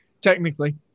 technically –